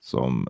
Som